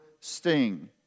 sting